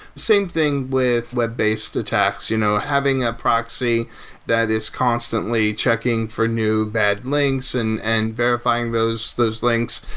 same thing with web-based attacks. you know having a proxy that is constantly checking for new bad links and and verifying those those links,